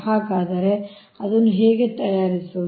ಹಾಗಾದರೆ ಅದನ್ನು ಹೇಗೆ ತಯಾರಿಸುವುದು